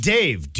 Dave